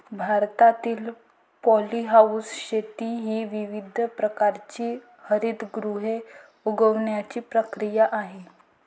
भारतातील पॉलीहाऊस शेती ही विविध प्रकारची हरितगृहे उगवण्याची प्रक्रिया आहे